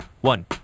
one